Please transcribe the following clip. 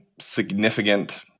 significant